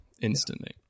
instantly